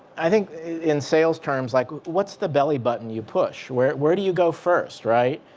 i think in sales terms, like what's the belly button you push? where where do you go first, right,